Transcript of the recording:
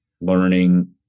learning